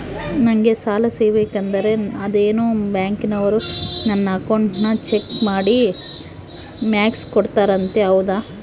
ನಂಗೆ ಸಾಲ ಸಿಗಬೇಕಂದರ ಅದೇನೋ ಬ್ಯಾಂಕನವರು ನನ್ನ ಅಕೌಂಟನ್ನ ಚೆಕ್ ಮಾಡಿ ಮಾರ್ಕ್ಸ್ ಕೊಡ್ತಾರಂತೆ ಹೌದಾ?